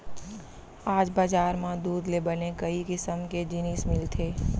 आज बजार म दूद ले बने कई किसम के जिनिस मिलथे